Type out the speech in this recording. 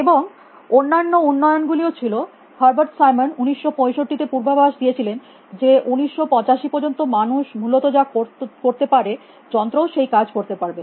এবং অন্যান্য উন্নয়ন গুলিও ছিল হার্বার্ট সাইমন 1965 তে পূর্বাভাস দিয়েছিলেন যে 1985 পর্যন্ত মানুষ মূলত যা করতে পারে যন্ত্রও সেই কাজ করতে পারবে